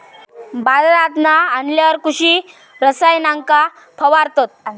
बाजारांतना आणल्यार कृषि रसायनांका फवारतत